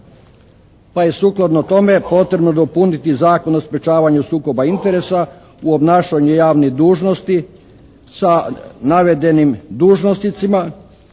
pa je sukladno tome potrebno dopuniti Zakon o sprečavanju sukoba interesa u obnašanju javnih dužnosti sa navedenim dužnosnicima